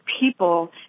people